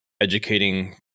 educating